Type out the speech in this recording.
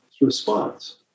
response